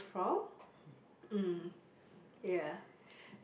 proud mm ya